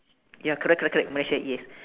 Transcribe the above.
ya correct correct correct malaysia yes